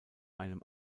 einem